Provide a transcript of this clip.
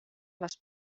las